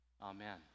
Amen